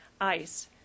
ice